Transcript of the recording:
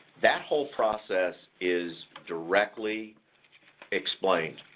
that whole process is directly explained,